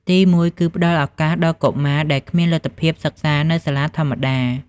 ទី១ គឺផ្ដល់ឱកាសដល់កុមារដែលគ្មានលទ្ធភាពសិក្សានៅសាលាធម្មតា។